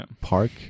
park